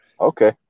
Okay